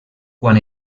quan